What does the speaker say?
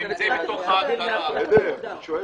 ככה זה מוגדר.